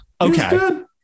Okay